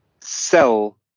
sell